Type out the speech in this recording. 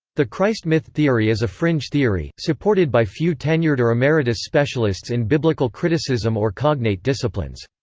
the christ myth theory is a fringe theory, supported by few tenured or emeritus specialists in biblical criticism or cognate disciplines.